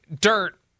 dirt